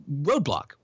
roadblock